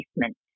placement